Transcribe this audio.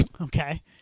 Okay